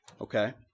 okay